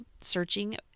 searching